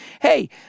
Hey